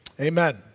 amen